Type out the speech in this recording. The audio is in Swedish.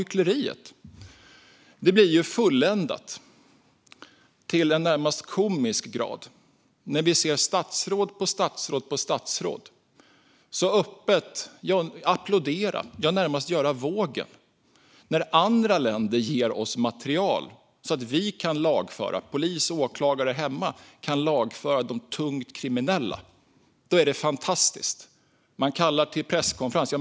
Hyckleriet blir fulländat till en närmast komisk grad när vi ser statsråd på statsråd så öppet applådera och närmast göra vågen när andra länder ger oss material som gör att polis och åklagare här hemma kan lagföra de tungt kriminella. Då är det fantastiskt. Man kallar till presskonferens.